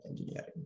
engineering